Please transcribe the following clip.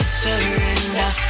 surrender